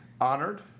honored